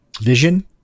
vision